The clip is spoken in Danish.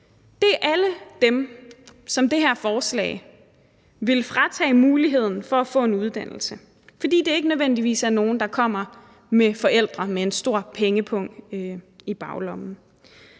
Det er alle dem, som det her forslag vil fratage muligheden for at få en uddannelse, fordi det ikke nødvendigvis er nogle, der kommer med forældre med en stor pengepung i baglommen.